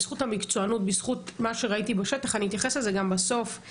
בזכות המקצוענות ובזכות מה שראיתי בשטח ואני אתייחס לזה גם בסוף,